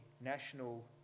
national